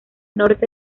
norte